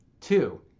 Two